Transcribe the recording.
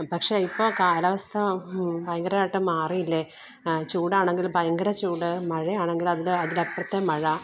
പക്ഷെ ഇപ്പോൾ കാലാവസ്ഥ ഭയങ്കരമായിട്ട് മാറിയില്ലേ ചൂടാണെകില് ഭയങ്കര ചൂട് മഴയാണെങ്കില് അതിന്റെ അതിന്റെ അപ്പുറത്തെ മഴ